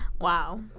Wow